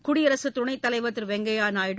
குடியரசுத் துணைத்தலைவர் திரு வெங்கையா நாயுடு